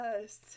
Yes